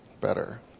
better